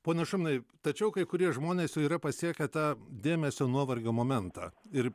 pone šuminai tačiau kai kurie žmonės jau yra pasiekę tą dėmesio nuovargio momentą ir